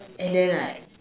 and then like